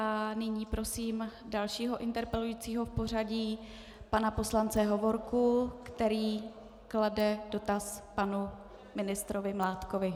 Nyní prosím dalšího interpelujícího v pořadí, pana poslance Hovorku, který klade dotaz panu ministrovi Mládkovi.